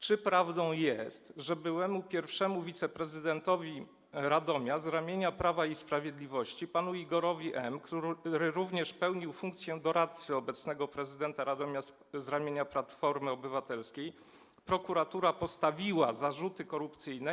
Czy prawdą jest, że byłemu pierwszemu wiceprezydentowi Radomia z ramienia Prawa i Sprawiedliwości panu Igorowi M., który pełnił również funkcję doradcy obecnego prezydenta Radomia z ramienia Platformy Obywatelskiej, prokuratura postawiła zarzuty korupcyjne?